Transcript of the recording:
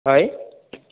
হয়